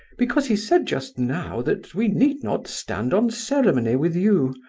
because he said just now that we need not stand on ceremony with you.